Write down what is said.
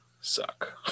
suck